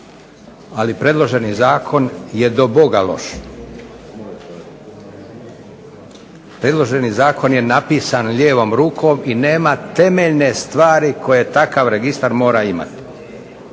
ali predloženi zakon je do Boga loš. Predloženi zakon je napisan lijevom rukom i nema temeljne stavi koje takav registar mora imati.